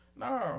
No